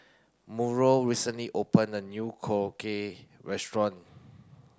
Murl recently opened a new Korokke restaurant